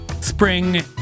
spring